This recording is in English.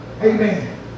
Amen